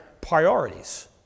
priorities